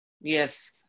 Yes